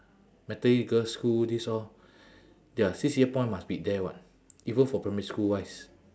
methodist girls' school these all their C_C_A point must be there [what] even for primary school-wise